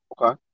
Okay